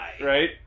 Right